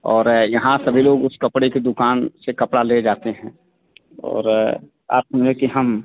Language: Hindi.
और यहाँ सभी लोग उस कपड़े की दुकान से कपड़ा ले जाते हैं और आप हैं कि हम